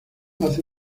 hace